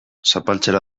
zapaltzera